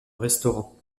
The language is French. restaurant